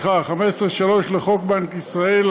לחוק בנק ישראל,